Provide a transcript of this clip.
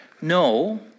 no